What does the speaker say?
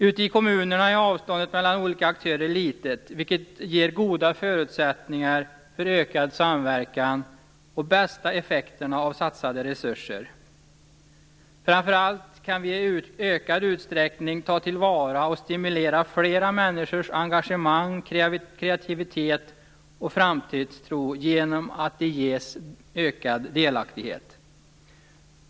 Ute i kommunerna är avstånden mellan olika aktörer litet, vilket ger goda förutsättningar för en ökad samverkan och de bästa effekterna av satsade resurser. Framför allt kan vi i ökad utsträckning ta till vara och stimulera fler människors engagemang, kreativitet och framtidstro genom att de ges ökad delaktighet.